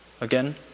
Again